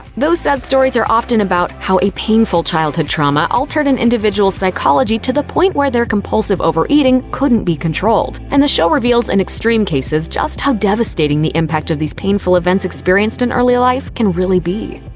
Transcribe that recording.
those sad stories are often about how a painful childhood trauma altered an individual's psychology to the point where their compulsive overeating couldn't be controlled. and the show reveals, in extreme cases, just how devastating the impact of these painful events experienced in early life can really be.